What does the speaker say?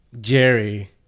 Jerry